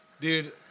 dude